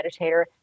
meditator